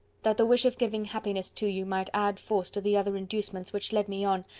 that the wish of giving happiness to you might add force to the other inducements which led me on,